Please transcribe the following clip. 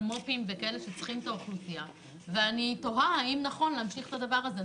ואני תוהה האם נכון להמשיך את הדבר הזה.